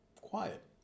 quiet